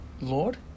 Lord